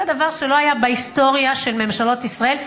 זה דבר שלא היה בהיסטוריה של ממשלות ישראל,